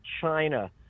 China